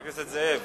חבר הכנסת זאב.